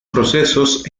procesos